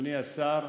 אדוני השר,